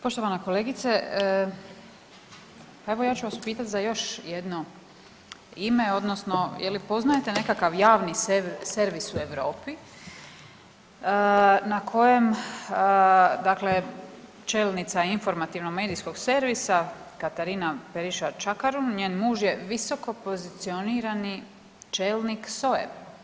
Poštovana kolegice evo ja ću vas pitati za još jedno ime odnosno je li poznajete nekakav javni servis u Europi na kojem dakle čelnica informativno-medijskog servisa Katarina Periša Čakarun njen muž je visoko pozicionirani čelnik SOA-e?